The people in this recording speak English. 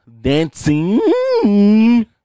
dancing